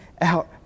out